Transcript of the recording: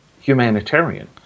humanitarian